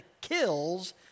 kills